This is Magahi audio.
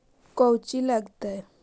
कौची लगतय?